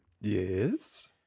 Yes